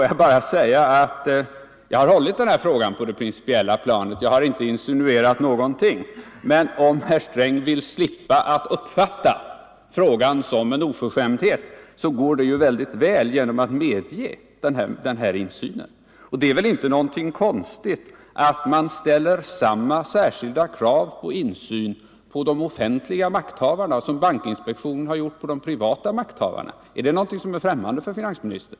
Jag har hållit den här frågan på det principiella planet, och jag har inte insinuerat någonting, men om herr Sträng vill slippa uppfatta frågan som en oförskämdhet går det att åstadkomma detta genom att medge den begärda insynen. Det är väl inget konstigt att man ställer samma särskilda krav på insyn när det gäller de offentliga makthavarna som bankinspektionen har ställt på de privata makthavarna. Är det någonting som är skrämmande för finansministern?